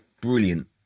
brilliant